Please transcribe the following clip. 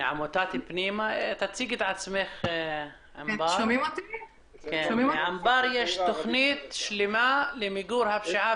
מעמותת "פנימה" יש לה תכנית שלמה למיגור הפשיעה